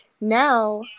Now